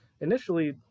initially